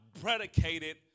predicated